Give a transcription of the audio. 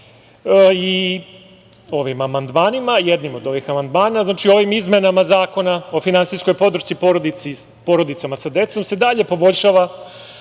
ovim amandmanima, jednim od ovih amandmana. Znači, ovim izmenama Zakona o finansijskoj podršci porodicama sa decom se dalje poboljšava